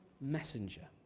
messenger